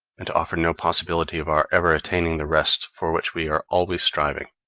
and to offer no possibility of our ever attaining the rest for which we are always striving.